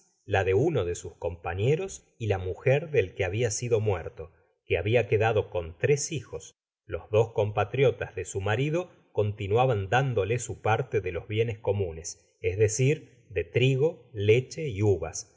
la de uno de sus compañeros y la mujer del que babia sido muerto que habia quedado con tres hijos los dos compatriotas de su marido continuaban dándole su parte de los bienes comunes es decir de trigo leche